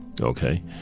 Okay